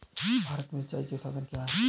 भारत में सिंचाई के साधन क्या है?